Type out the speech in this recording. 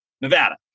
Nevada